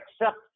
accept